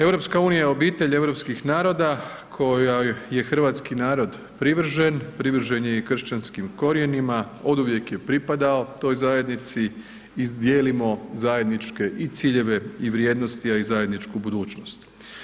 EU je obitelj europskih naroda kojoj je hrvatski narod privržen, privržen je i kršćanskim korijenima, oduvijek je pripadao toj zajednici i dijelimo zajedničke i ciljeve i vrijednosti, a i zajedničku budućnost.